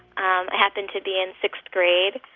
i happened to be in sixth grade.